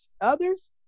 others